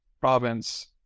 province